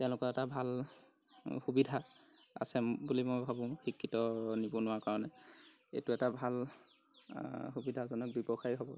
তেওঁলোকৰ এটা ভাল সুবিধা আছে বুলি মই ভাবোঁ শিক্ষিত নিবনুৱাৰ কাৰণে এইটো এটা ভাল সুবিধাজনক ব্যৱসায় হ'ব